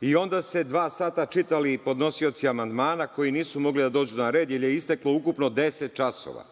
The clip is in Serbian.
i onda su se dva sata čitali podnosioci amandmana koji nisu mogli da dođu na red, jer je isteklo ukupno 10 časova.